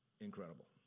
incredible